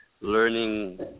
learning